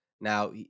Now